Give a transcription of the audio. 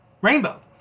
Rainbow